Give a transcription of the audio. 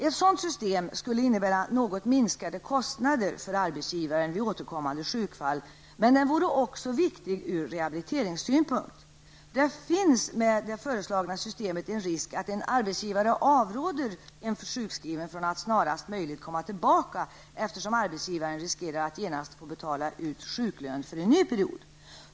Ett sådant system skulle innebära något mindre kostnader för arbetsgivaren vid återkommande sjukfall, men den vore också viktig från rehabiliteringssynpunkt. Det finns en risk att en arbetsgivare annars avråder en sjukskriven från att snarast möjligt komma tillbaka, eftersom arbetsgivaren riskerar att genast få betala ut sjuklön för en ny period.